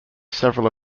several